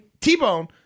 T-Bone